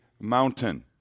mountain